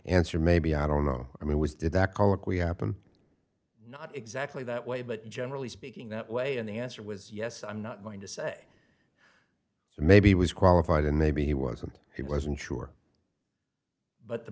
answer maybe i don't know i mean was did that colloquy happen not exactly that way but generally speaking that way and the answer was yes i'm not going to say maybe he was qualified and maybe he wasn't he wasn't sure but the